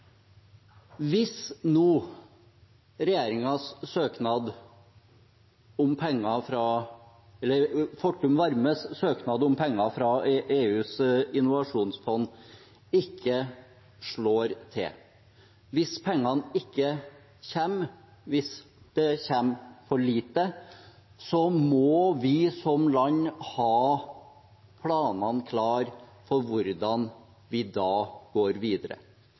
Hvis nå regjeringens – eller Fortum Oslo Varmes – søknad om penger fra EUs innovasjonsfond ikke slår til, hvis pengene ikke kommer, hvis det kommer for lite, så må vi som land ha planene klare for hvordan vi da går videre.